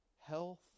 health